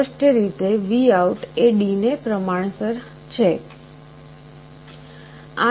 સ્પષ્ટ રીતે VOUT એ D ને પ્રમાણસર છે